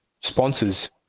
sponsors